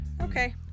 Okay